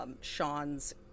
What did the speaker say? Sean's